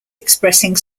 expressing